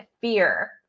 fear